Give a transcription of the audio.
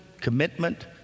commitment